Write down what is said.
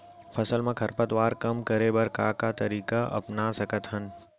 फसल मा खरपतवार कम करे बर का तरीका अपना सकत हन?